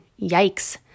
Yikes